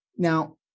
Now